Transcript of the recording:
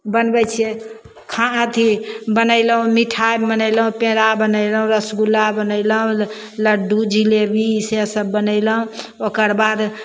बनबै छिए खा अथी बनेलहुँ मिठाइ बनेलहुँ पेड़ा बनेलहुँ रसगुल्ला बनेलहुँ लड्डू जिलेबी से सब बनेलहुँ ओकरबाद